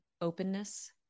openness